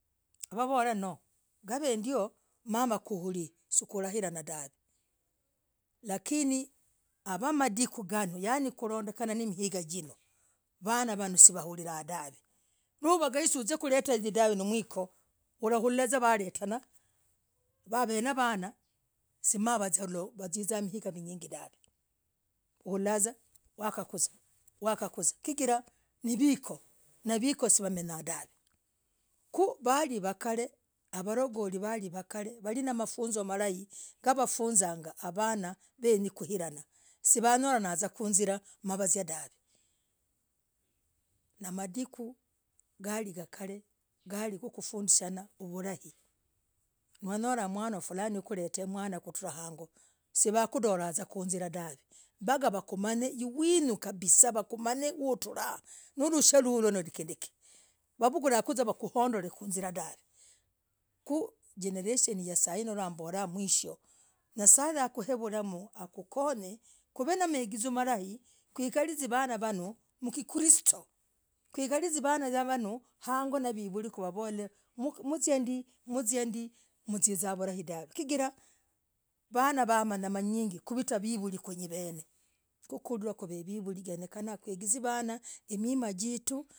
Nooh vollah. noo gavendio mama kuili. sukwahirana, dahv lakini, kurondekanah. namadiku, nganooh nganooh. vanaa. hawoo waullah dahvee. nowagai. suzaikuletah! Dahv vikoo ulahuvuzaa vuzaa vaziii kuletanah nivikhoo wavenavana. sisoloo. wazizaa mwimizagaa minyingi dahvee. ulahulah wakakuzah! Chigirah, vikoo siwamenyaa dahv ku. walivakalee. varagoli. valivakal walinamafunzo malaii, gawafunzaga vanaa venyenyi. kwiranaah. swahiranangaa. kuinziaraah, dahvee. navazia dahvee. namadikugaligakalee. galikukufundishanah. marai. wanyolah, mwana wafulani, aleti mwana kutrah, hangoo. simwandolah. vunzaa. kuizirah dahv mbakawakumanyee. wiinyuu"kabisa mmbakawamanye. hutrah. lurushwa, wakhodolah. mwinzira dahv jenereshen. yasai nomborah mwisho nye'sa. akwe. vulamm. akukony akukind. kuvenahiginzo malahi kukaliz vanaaa, vanooh kukristo, kwikariz vanaa vanoh. mziandiii, mziza vulahi dahv chigirah. vanaa, wamanyah manyingi. kuvitah. vivulikunyivenee. kutotrakwenevivuli, kwimbiza vanaa himivyetuu.